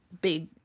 big